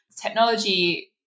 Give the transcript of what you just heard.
technology